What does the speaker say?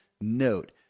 note